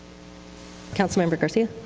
councilmember garcia?